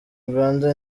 rwanda